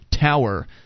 tower